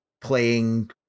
playing